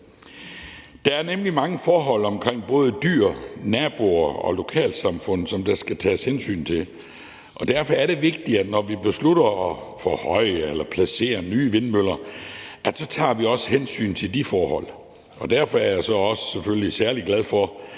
Der er nemlig mange forhold omkring både dyr, naboer og lokalsamfund, som der skal tages hensyn til. Derfor er det vigtigt, når vi beslutter at forhøje vindmøller eller placere nye vindmøller, at vi så også tager hensyn til de forhold, og derfor er jeg selvfølgelig også særlig glad for,